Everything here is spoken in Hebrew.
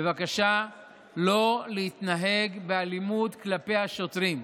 בבקשה לא להתנהג באלימות כלפי השוטרים.